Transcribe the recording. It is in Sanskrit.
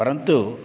परन्तु